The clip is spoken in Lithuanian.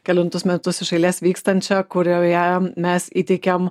kelintus metus iš eilės vykstančią kurioje mes įteikiam